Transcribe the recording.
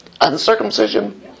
Uncircumcision